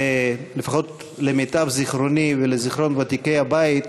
לפחות למיטב זיכרוני ולזיכרון ותיקי הבית,